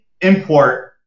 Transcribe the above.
import